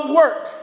work